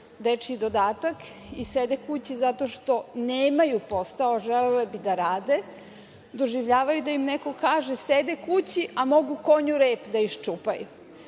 dečiji dodatak i sede kući zato što nemaju posao, a želele bi da rade, doživljavaju da im neko kaže – sede kući, a mogu konju rep da iščupaju.